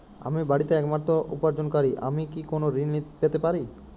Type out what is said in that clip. আমি বাড়িতে একমাত্র উপার্জনকারী আমি কি কোনো ঋণ পেতে পারি?